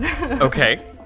Okay